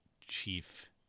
chief